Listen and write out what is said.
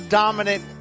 dominant